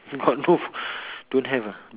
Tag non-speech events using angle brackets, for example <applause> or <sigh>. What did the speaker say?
got no <laughs> don't have ah